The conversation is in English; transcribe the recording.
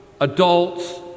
adults